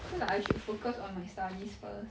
feel like I should focus on my studies first